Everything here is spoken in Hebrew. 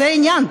זה העניין.